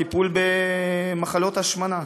על טיפול במחלות השמנה.